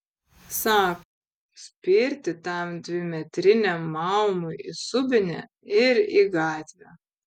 sako spirti tam dvimetriniam maumui į subinę ir į gatvę